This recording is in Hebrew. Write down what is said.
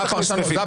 אל תכניס לפיו.